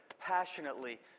passionately